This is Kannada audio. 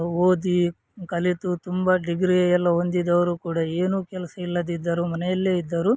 ಓದಿ ಕಲಿತು ತುಂಬ ಡಿಗ್ರಿಯೆಲ್ಲ ಹೊಂದಿದವ್ರು ಕೂಡ ಏನೂ ಕೆಲಸ ಇಲ್ಲದಿದ್ದರೂ ಮನೆಯಲ್ಲೇ ಇದ್ದರೂ